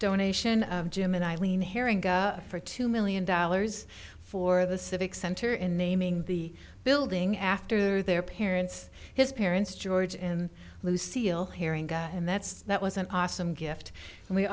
donation of jim and eileen herring for two million dollars for the civic center in naming the building after their parents his parents george and lucille herring guy and that's that was an awesome gift and we